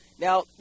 Now